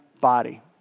body